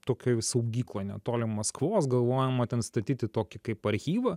tokioj saugykloj netoli maskvos galvojama ten statyti tokį kaip archyvą